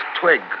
twig